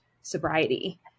sobriety